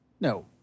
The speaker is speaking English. No